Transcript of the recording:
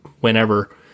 whenever